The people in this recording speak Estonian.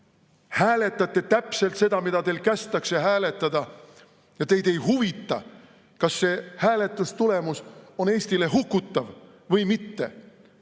hääletate täpselt nii, nagu teil kästakse hääletada, ja teid ei huvita, kas see hääletustulemus on Eestile hukutav või mitte.